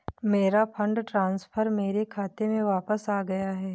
मेरा fund transfer मेरे खाते में वापस आ गया है